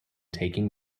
taking